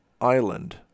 island